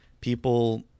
People